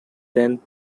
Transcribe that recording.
than